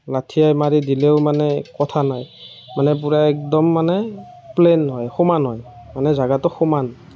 লঠিয়াই মাৰি দিলেও মানে কথা নাই মানে পূৰা একদম মানে প্লেন হয় সমান হয় মানে জেগাটো সমান